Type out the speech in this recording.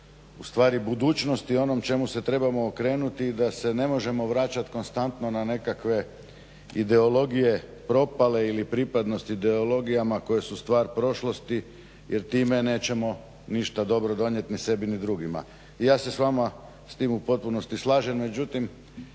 ustvari o budućnosti, o onom čemu se trebamo okrenuti i da se ne možemo vraćat konstantno na nekakve ideologije propale ili pripadnost ideologijama koje su stvar prošlosti jer time nećemo ništa dobro donijeti ni sebi ni drugima i ja se s vama s tim u postupnosti slažem. Međutim,